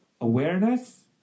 Awareness